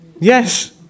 Yes